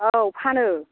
औ फानो